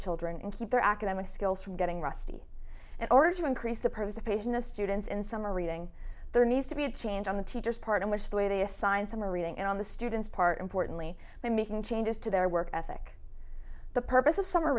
children and keep their academic skills from getting rusty in order to increase the purpose of page in the students in summer reading there needs to be a change on the teacher's part in which way they assign summer reading and on the students part importantly making changes to their work ethic the purpose of summer